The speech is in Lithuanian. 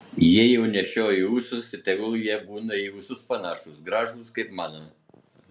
jei jau nešioji ūsus tai tegul jie būna į ūsus panašūs gražūs kaip mano